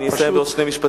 אני אסיים בעוד שני משפטים.